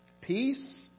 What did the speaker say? Peace